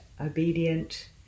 obedient